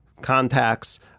contacts